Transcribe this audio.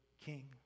king